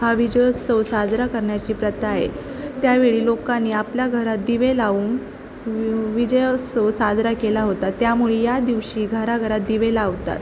हा विजयोत्सव साजरा करण्याची प्रथा आहे त्यावेळी लोकांनी आपल्या घरात दिवे लावून विजयोत्सव साजरा केला होता त्यामुळे या दिवशी घरा घरात दिवे लावतात